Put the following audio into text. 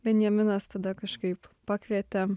benjaminas tada kažkaip pakvietė